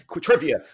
trivia